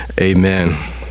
Amen